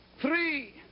three